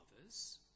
others